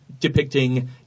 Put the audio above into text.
depicting